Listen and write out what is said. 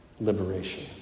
liberation